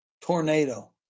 tornado